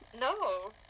No